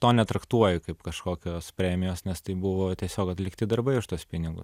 to netraktuoju kaip kažkokios premijos nes tai buvo tiesiog atlikti darbai už tuos pinigus